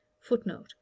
footnote